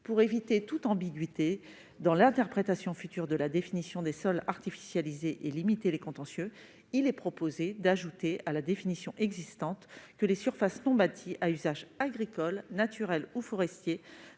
Pour éviter toute ambiguïté dans l'interprétation future de la définition des sols artificialisés et ainsi limiter les contentieux, il est proposé d'ajouter à la définition existante que les surfaces non bâties à usage agricole, naturel ou forestier